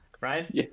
Ryan